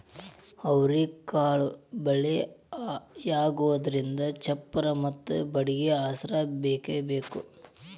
ಅವ್ರಿಕಾಳು ಬಳ್ಳಿಯಾಗುದ್ರಿಂದ ಚಪ್ಪರಾ ಮತ್ತ ಬಡ್ಗಿ ಆಸ್ರಾ ಬೇಕಬೇಕ